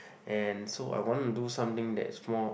and so I wanna do something that is more